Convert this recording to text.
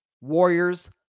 Warriors